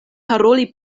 paroli